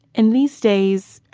and these days,